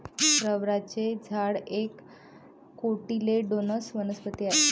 रबराचे झाड एक कोटिलेडोनस वनस्पती आहे